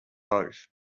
both